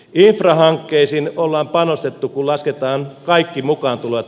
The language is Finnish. infrahankkeisiin ollaan panostettu